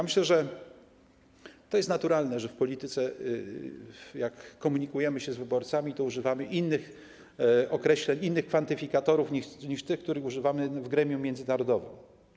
Myślę, że to jest naturalne, że w polityce, jak komunikujemy się z wyborcami, to używamy innych określeń, innych kwantyfikatorów niż te, których używamy w gremium międzynarodowym.